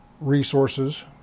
resources